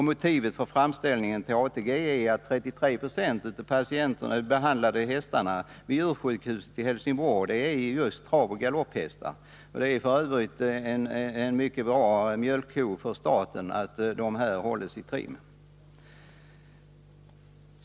Motivet för framställningen till ATG är att 33 96 av de behandlade hästarna vid djursjukhuset i Helsingborg är just travoch galopphästar. Det är f. ö. en mycket bra mjölkko för staten att de hålls i trim.